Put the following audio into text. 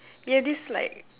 yeah this like